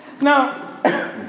Now